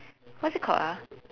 what's it called ah